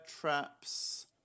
traps